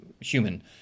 human